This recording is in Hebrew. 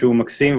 שהוא מקסים,